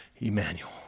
Emmanuel